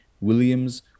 williams